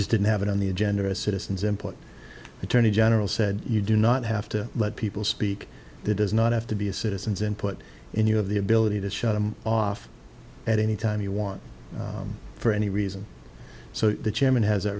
just didn't have it on the agenda as citizens input attorney general said you do not have to let people speak that does not have to be a citizens and put in you of the ability to shut them off at any time you want for any reason so the chairman has a